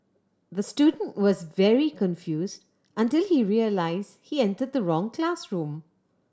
the student was very confused until he realised he entered the wrong classroom